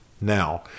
Now